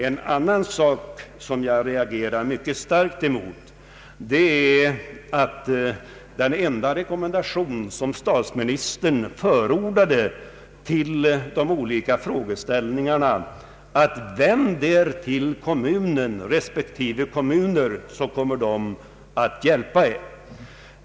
En annan sak som jag starkt reagerade mot är att den enda rekommendation som statsministern har på de olika frågorna var: Vänd er till kommunen så kommer man att hjälpa er.